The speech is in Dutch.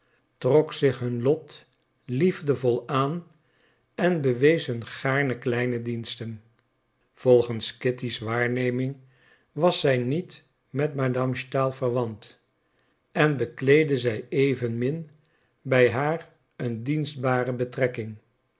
trok zich hun lot liefdevol aan en bewees hun gaarne kleine diensten volgens kitty's waarneming was zij niet met madame stahl verwant en bekleedde zij evenmin bij haar een dienstbare betrekking